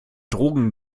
drogen